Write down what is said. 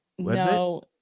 no